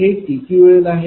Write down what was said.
हे TQL आहे